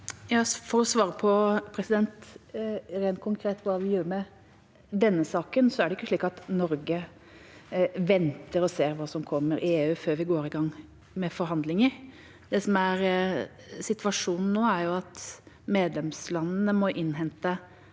For å svare på hva vi rent konkret gjør med denne saken: Det er ikke slik at Norge venter og ser hva som kommer i EU før vi går i gang med forhandlinger. Det som er situasjonen nå, er at medlemslandene må innhente